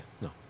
no